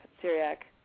Syriac